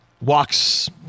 walks